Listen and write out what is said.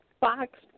box